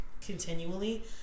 continually